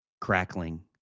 crackling